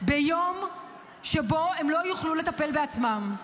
ביום שבו הם לא יוכלו לטפל בעצמם.